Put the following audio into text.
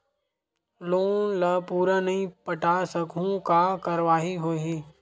Loan ला पूरा नई पटा सकहुं का कारवाही होही?